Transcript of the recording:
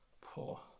Poor